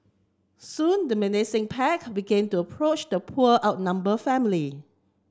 soon the menacing pack began to approach the poor out number family